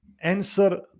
answer